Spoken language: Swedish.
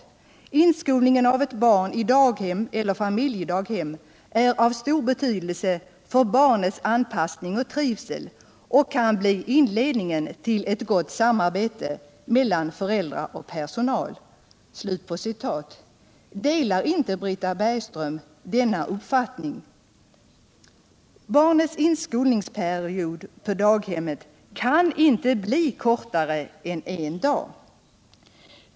Inskolningen av ett barn i daghem eller familjedaghem är av stor betydelse för barnets anpassning och trivsel och kan bli inledningen till ett gott samarbete mellan föräldrar och personal.” Delar inte Britta Bergström denna uppfattning? Barnets inskolningsperiod på daghemmet kan inte bli kortare än en dag.